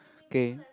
okay